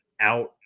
out